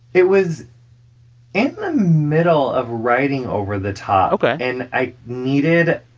it was in the middle of writing over the top. ok and i needed,